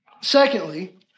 Secondly